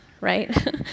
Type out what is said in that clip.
right